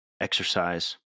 exercise